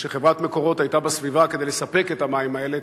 וחברת "מקורות" היתה בסביבה לספק את המים האלה.